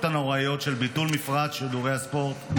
הנוראיות של ביטול מפרט שידורי הספורט.